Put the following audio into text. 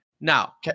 Now